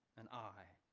and i,